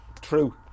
True